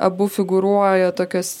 abu figūruoja tokios